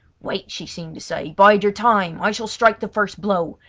wait, she seemed to say, bide your time. i shall strike the first blow.